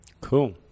Cool